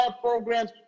programs